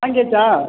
வாங்கியாச்சா